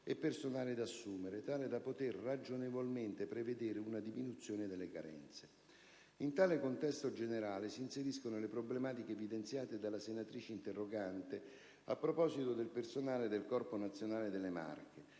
e personale da assumere, tale da poter ragionevolmente prevedere una diminuzione delle carenze. In tale contesto generale si inseriscono le problematiche evidenziate dalla senatrice interrogante a proposito del personale del Corpo nazionale nelle Marche,